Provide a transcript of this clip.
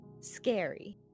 scary